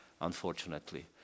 unfortunately